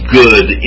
good